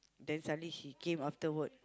then suddenly he came afterward